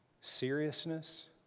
seriousness